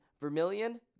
Vermilion